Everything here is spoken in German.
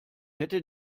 hätte